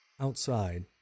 Outside